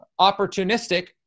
opportunistic